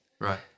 Right